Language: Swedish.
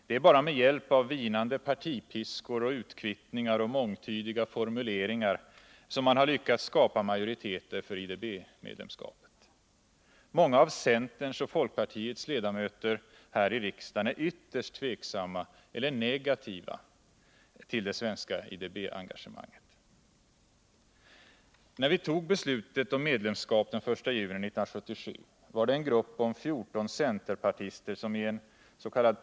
Det är bara med hjälp av vinande partipiskor och utkvittning och mångtydiga formuleringar som man lyckats skapa majoriteter för IDB-medlemskapet. Många av centerns och folkpartiets ledamöter här i riksdagen är ytterst tveksamma eller negativa till det svenska IDB-engagemanget. När vi tog beslutet om medlemskap den 1 juni 1977 var det en grupp om 14 centerpartister som i ens.k.